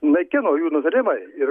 naikino jų nutarimai ir